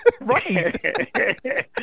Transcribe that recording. Right